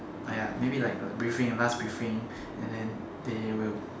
maybe like briefing last briefing and then they will